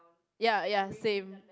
ya ya same